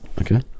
Okay